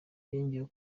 yongeyeho